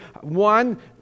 One